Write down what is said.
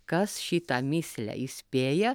kas šitą mįslę įspėja